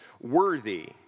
Worthy